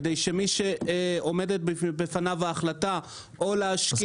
כדי שמי שעומדת בפניו ההחלטה האם להשקיע